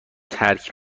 ترک